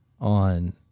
on